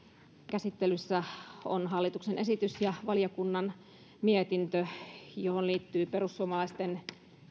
käsittelyssä on hallituksen esitys ja valiokunnan mietintö johon liittyy perussuomalaisten